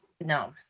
No